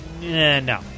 No